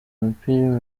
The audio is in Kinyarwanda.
imipira